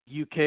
UK